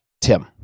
Tim